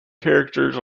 characters